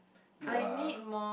you are